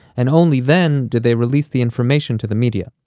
and only then do they release the information to the media,